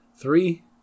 Three